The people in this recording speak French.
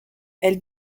elle